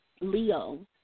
Leo